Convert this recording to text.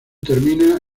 termina